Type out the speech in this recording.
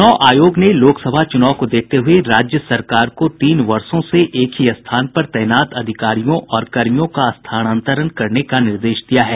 चुनाव आयोग ने लोकसभा चुनाव को देखते हुये राज्य सरकार को तीन वर्षो से एक ही स्थान पर तैनात अधिकारियों और कर्मियों का स्थानांतरण करने का निर्देश दिया है